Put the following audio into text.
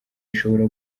ishobora